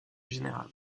général